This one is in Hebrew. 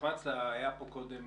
החמצת, היה פה קודם